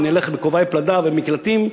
ונלך בכובעי פלדה ונהיה במקלטים,